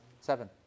Seven